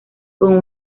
con